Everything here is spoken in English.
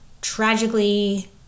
tragically